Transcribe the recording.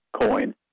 coin